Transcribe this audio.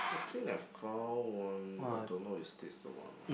I think I found one I don't know is this the one